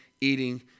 eating